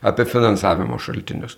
apie finansavimo šaltinius